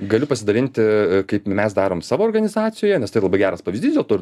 galiu pasidalinti kaip mes darom savo organizacijoje nes tai labai geras pavyzdys dėl to ir